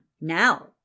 Now